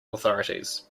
authorities